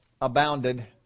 abounded